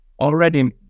already